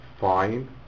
fine